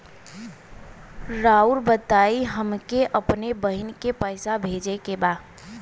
राउर बताई हमके अपने बहिन के पैसा भेजे के बा?